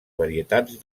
varietats